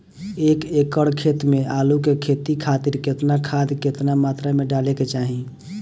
एक एकड़ खेत मे आलू के खेती खातिर केतना खाद केतना मात्रा मे डाले के चाही?